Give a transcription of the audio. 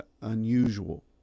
unusual